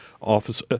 office